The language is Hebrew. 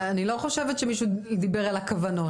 לא, אני לא חושבת שמישהו דיבר על כוונות.